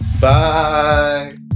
Bye